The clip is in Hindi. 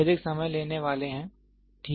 वे अधिक समय लेने वाले हैं ठीक है